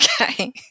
Okay